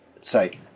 say